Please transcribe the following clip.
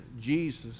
jesus